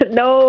no